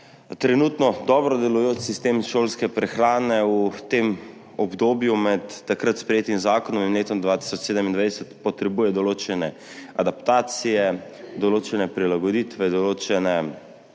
trenutno dobro delujoč sistem šolske prehrane v tem obdobju med takrat sprejetim zakonom in letom 2027 potrebuje določene adaptacije, določene prilagoditve, določene